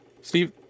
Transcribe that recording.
Steve